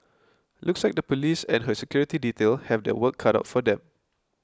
looks like the Police and her security detail have their work cut out for them